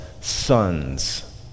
sons